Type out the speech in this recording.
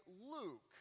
Luke